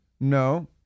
no